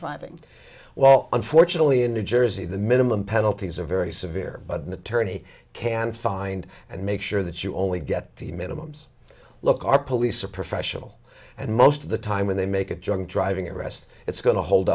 driving well unfortunately in new jersey the minimum penalties are very severe but an attorney can find and make sure that you only get the minimum look our police are professional and most of the time when they make a junk driving arrest it's going to hold